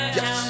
Yes